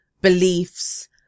beliefs